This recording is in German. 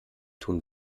tun